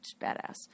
badass